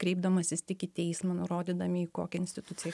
kreipdamasis tik į teismą nurodydami į kokią instituciją